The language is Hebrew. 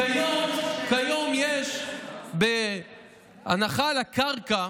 כיום בהנחה על הקרקע